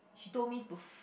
she told me to